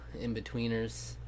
in-betweeners